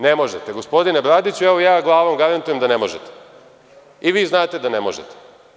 Ne možete, gospodine Bradiću, evo ja glavom garantujem da ne možete i vi znate da ne možete.